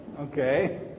Okay